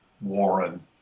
Warren